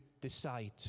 decide